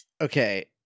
Okay